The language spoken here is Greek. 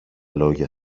λόγια